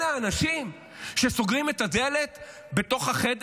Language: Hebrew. אלה האנשים שסוגרים את הדלת באותו חדר